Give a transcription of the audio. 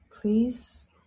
Please